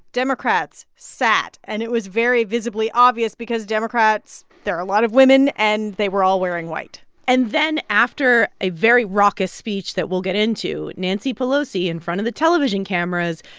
democrats sat. and it was very visibly obvious because democrats there are a lot of women, and they were all wearing white and then after a very raucous speech that we'll get into, nancy pelosi, in front of the television cameras,